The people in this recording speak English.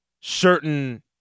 certain